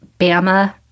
Bama